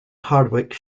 hardwicke